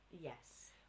Yes